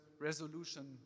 resolution